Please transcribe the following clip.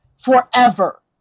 forever